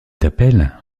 t’appelles